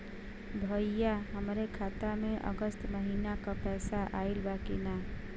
भईया हमरे खाता में अगस्त महीना क पैसा आईल बा की ना?